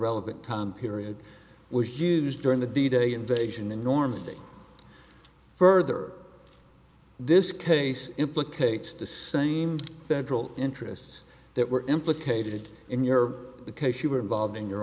relevant time period was used during the d day invasion in normandy further this case implicates the same federal interests that were implicated in your case you were involved in your